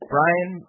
Brian